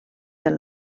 del